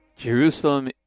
Jerusalem